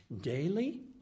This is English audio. daily